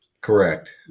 Correct